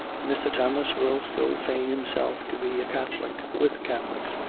mr. thomas will still feign himself to be a catholic, with catholics,